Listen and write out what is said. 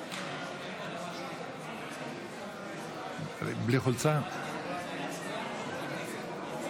(קורא בשם חבר הכנסת)